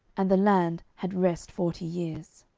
and the land had rest forty years.